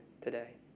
today